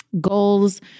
goals